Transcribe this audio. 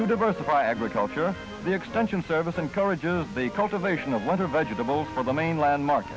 to diversify agriculture the extension service encourages the cultivation of other vegetables for the mainland mark